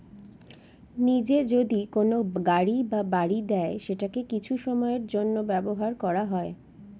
নিজে যদি কোনো গাড়ি বা বাড়ি দেয় সেটাকে কিছু সময়ের জন্য ব্যবহার করা হয়